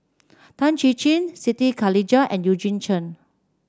Tan Chin Chin Siti Khalijah and Eugene Chen